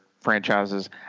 franchises